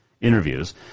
interviews